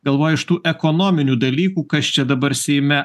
galvoju iš tų ekonominių dalykų kas čia dabar seime